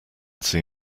see